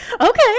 okay